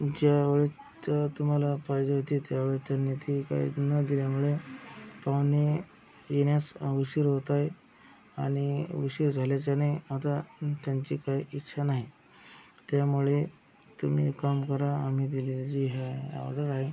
ज्या वेळेस तर तुम्हाला पाहिजे होते त्या वेळेस त्यांनी ते काय न दिल्यामुळे पाहुणे येण्यास उशीर होत आहे आणि उशीर झाल्याच्याने आता त्यांची काय इच्छा नाही त्यामुळे तुम्ही एक काम करा आम्ही दिलेली जे हे आहे ऑर्डर आहे